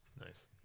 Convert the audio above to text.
Nice